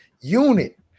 unit